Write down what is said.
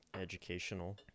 educational